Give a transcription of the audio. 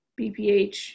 BPH